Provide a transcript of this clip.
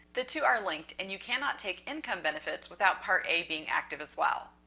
the two are linked. and you cannot take income benefits without part a being active as well.